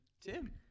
Tim